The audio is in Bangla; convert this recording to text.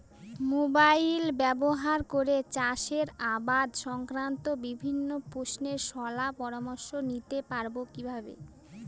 মোবাইল ব্যাবহার করে চাষের আবাদ সংক্রান্ত বিভিন্ন প্রশ্নের শলা পরামর্শ নিতে পারবো কিভাবে?